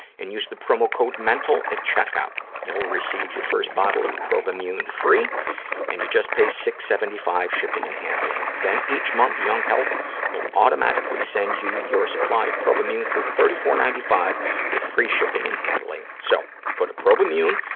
and use the promo code mental at check-out. you'll receive your first bottle of probimune free and you just pay six dollars. seventy five shipping and handling. then each month young health will automatically send you your supply of probimune for thirty four dollars. ninety five with free shipping and handling. so, go to probimune,